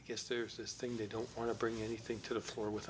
i guess there's this thing they don't want to bring anything to the floor with